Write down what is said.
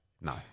No